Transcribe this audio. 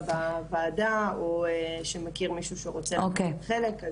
בוועדה או שמכיר מישהו שרוצה לקחת חלק,